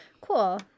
Cool